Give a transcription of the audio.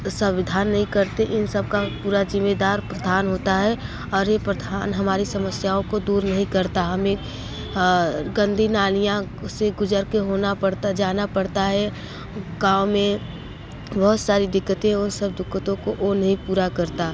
समाधान नहीं करते इन सब का पूरा जिम्मेदार प्रधान होता है और यह प्रधान हमारी समस्याओं को दूर नहीं करता हमें गंदी नालियाँ से गुजर के होना पड़ता है जाना पड़ता है गाँव में बहुत सारी दिक्कतें उन सब दिक्कतों को वह नहीं पूरा करता